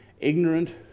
ignorant